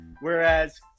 whereas